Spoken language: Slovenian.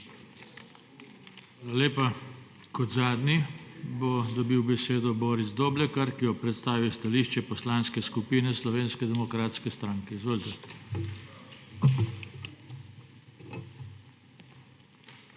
lepa. Kot zadnji bo dobil besedo Boris Doblekar, ki bo predstavil stališče Poslanske skupine Slovenske demokratske stranke. Izvolite.